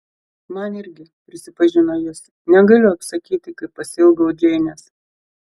man irgi prisipažino jis negaliu apsakyti kaip pasiilgau džeinės